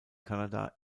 kanada